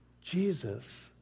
Jesus